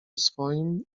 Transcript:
swoim